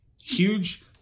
huge